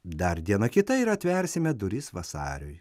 dar diena kita ir atversime duris vasariui